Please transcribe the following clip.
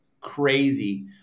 crazy